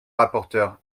rapporteur